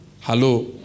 Hello